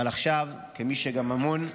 אבל עכשיו, כמי שגם אמון,